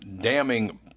damning